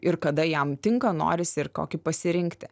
ir kada jam tinka norisi ir kokį pasirinkti